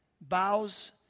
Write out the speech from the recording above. bows